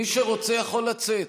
מי שרוצה יכול לצאת.